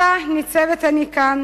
ועתה ניצבת אני כאן,